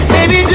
Baby